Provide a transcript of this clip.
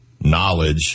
knowledge